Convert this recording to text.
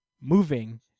moving